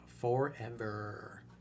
forever